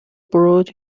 brought